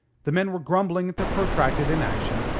the men were grumbling at their protracted inaction,